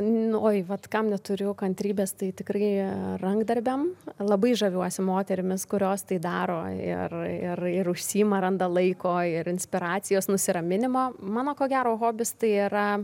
nu oi vat kam neturiu kantrybės tai tikrai rankdarbiam labai žaviuosi moterimis kurios tai daro ir ir ir užsiima randa laiko ir inspiracijos nusiraminimą mano ko gero hobis tai yra